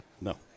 No